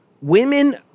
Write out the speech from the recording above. women